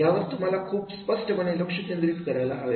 यावर तुम्हाला खूप स्पष्टपणे लक्ष केंद्रित करायला हवे